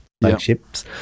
flagships